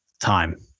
Time